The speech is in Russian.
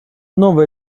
новая